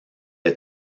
est